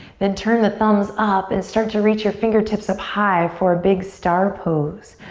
then turn the thumbs up and start to reach your fingertips up high for a big star pose.